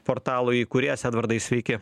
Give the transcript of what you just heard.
portalo įkūrėjas edvardai sveiki